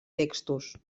textos